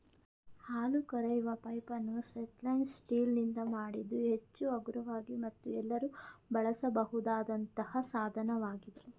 ಹಾಲು ಕರೆಯುವ ಪೈಪನ್ನು ಸ್ಟೇನ್ಲೆಸ್ ಸ್ಟೀಲ್ ನಿಂದ ಮಾಡಿದ್ದು ಹೆಚ್ಚು ಹಗುರವಾಗಿ ಮತ್ತು ಎಲ್ಲರೂ ಬಳಸಬಹುದಾದಂತ ಸಾಧನವಾಗಿದೆ